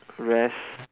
rest